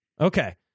Okay